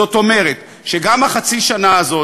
זאת אומרת שגם חצי השנה הזאת,